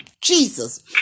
Jesus